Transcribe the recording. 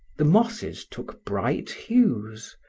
the mosses took bright hues,